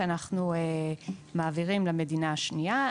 שאנחנו מעבירים למדינה השנייה.